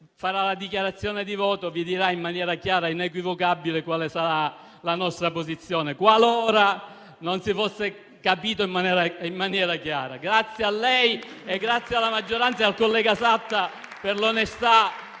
in dichiarazione di voto, dirà in maniera chiara e inequivocabile la nostra posizione, qualora non si fosse capita in maniera chiara. Grazie a lei, grazie alla maggioranza e al collega Satta per l'onestà